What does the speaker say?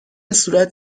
صورت